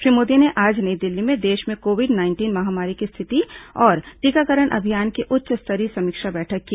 श्री मोदी ने आज नई दिल्ली में देश में कोविड नाइंटीन महामारी की स्थिति और टीकाकरण अभियान की उच्च स्तरीय समीक्षा बैठक की